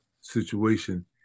situation